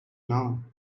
now